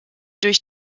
durch